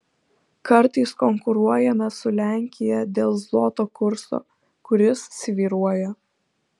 kartais konkuruojame su lenkija dėl zloto kurso kuris svyruoja